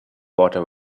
water